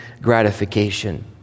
gratification